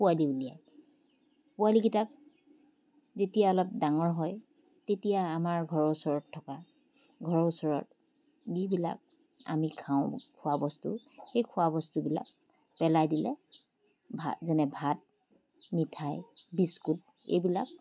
পোৱালি উলিয়াই পোৱালিকেইটাক যেতিয়া অলপ ডাঙৰ হয় তেতিয়া আমাৰ ঘৰৰ ওচৰত থকা ঘৰৰ ওচৰৰ যিবিলাক আমি খাওঁ খোৱাবস্তু সেই খোৱাবস্তুবিলাক পেলাই দিলে ভা যেনে ভাত মিঠাই বিস্কুট এইবিলাক